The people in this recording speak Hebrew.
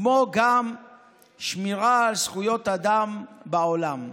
כמו גם שמירה על זכויות אדם בעולם.